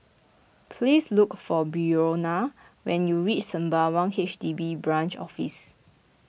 please look for Brionna when you reach Sembawang H D B Branch Office